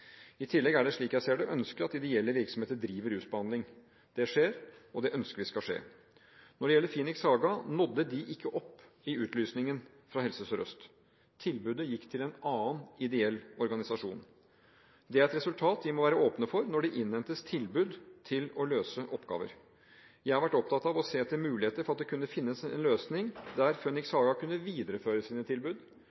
I tillegg er det, slik jeg ser det, ønskelig at ideelle virksomheter driver rusbehandling. Det skjer, og det ønsker vi skal skje. Når det gjelder Phoenix Haga, nådde de ikke opp i utlysningen fra Helse Sør-Øst. Tilbudet gikk til en annen ideell organisasjon. Det er et resultat vi må være åpne for når det innhentes tilbud for å løse oppgaver. Jeg har vært opptatt av å se etter muligheter for at det kunne finnes en løsning der